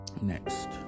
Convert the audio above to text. Next